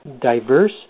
diverse